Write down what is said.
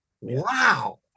wow